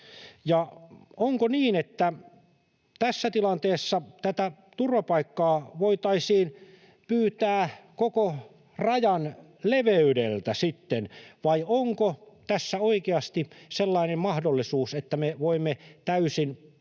Onko niin, että tässä tilanteessa tätä turvapaikkaa voitaisiin pyytää sitten koko rajan leveydeltä, vai onko tässä oikeasti sellainen mahdollisuus, että me voimme täysin